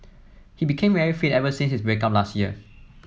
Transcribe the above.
he became very fit ever since his break up last year